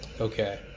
Okay